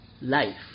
life